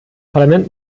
parlament